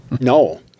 No